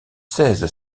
seize